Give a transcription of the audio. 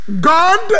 God